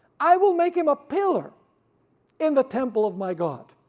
i will make him a pillar in the temple of my god,